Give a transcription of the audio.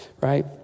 Right